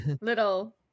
little